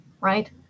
right